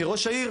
כראש העיר,